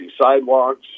sidewalks